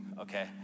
okay